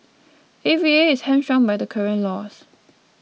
A V A is hamstrung by the current laws